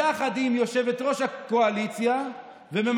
אין פה תחרות מי יושב-ראש יותר טוב, לא בסדר.